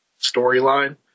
storyline